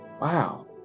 wow